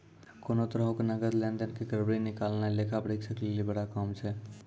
कोनो तरहो के नकद लेन देन के गड़बड़ी निकालनाय लेखा परीक्षक लेली बड़ा काम छै